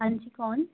हाँ जी कौन